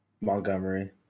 Montgomery